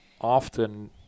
often